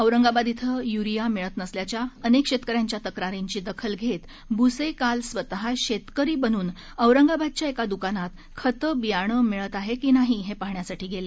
औरंगाबाद इथं युरिया मिळत नसल्याच्या अनेक शेतकऱ्यांच्या तक्रारींची दखल घेत भुसे काल स्वतः शेतकरी बनून औरंगाबादच्या एका दुकानात खतं बियाणं मिळताहेत की नाही हे पाहण्यासाठी गेले